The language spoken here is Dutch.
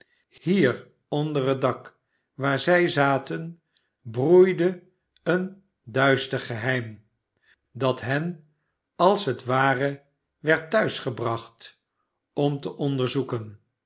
hier onder het aak waar zij zaten broeide een duister geheim dat hen als het ware werd thuisgebracht om te onderzoeken